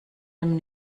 dem